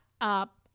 up